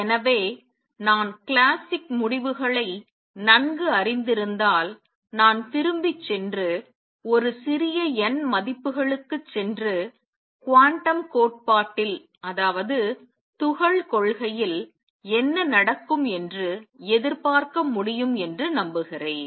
எனவே நான் கிளாசிக் முடிவுகளை நன்கு அறிந்திருந்தால் நான் திரும்பிச் சென்று ஒரு சிறிய n மதிப்புகளுக்கு சென்று குவாண்டம் கோட்பாட்டில் துகள் கொள்கை என்ன நடக்கும் என்று எதிர்பார்க்க முடியும் என்று நம்புகிறேன்